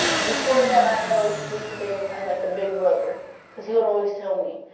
before that i had always pictured him as like a big brother because he would always tell me,